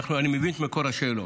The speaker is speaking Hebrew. אני מבין את מקור השאלות.